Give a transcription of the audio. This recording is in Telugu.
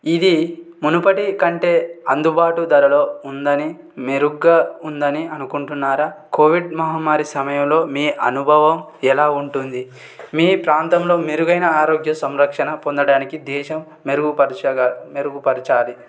ఇది మునపటి కంటే అందుబాటు ధరలో ఉందని మెరుగ్గా ఉందని అనుకుంటున్నారా కోవిడ్ మహమ్మారి సమయంలో మీ అనుభవం ఎలా ఉంటుంది మీ ప్రాంతంలో మెరుగైన ఆరోగ్య సంరక్షణ పొందటానికి దేశం మెరుగుపరచగా మెరుగుపరచాలి